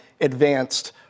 advanced